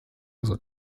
also